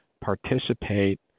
participate